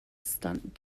stunt